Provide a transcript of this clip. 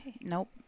Nope